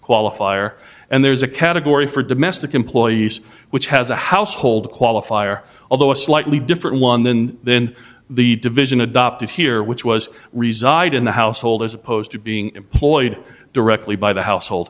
qualifier and there is a category for domestic employees which has a household qualifier although a slightly different one than then the division adopted here which was reside in the household as opposed to being employed directly by the household